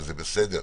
וזה בסדר,